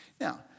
Now